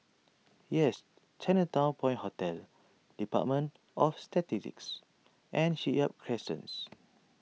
Yes Chinatown Point Hotel Department of Statistics and Shipyard Crescents